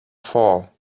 fall